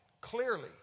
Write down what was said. Clearly